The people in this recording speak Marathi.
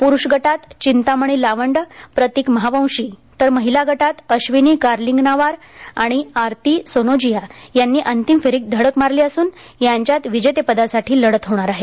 पुरुष गटात चिंतामणी लावंड प्रतिक महावंशी तर महीला गटात अश्विनी कारलिंगनावार आणि आरती सिनोजिया यांनी अंतिम फेरीत धडक मारली असून यांच्यात विजेतेपदासाठी लढत होणार आहे